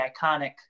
iconic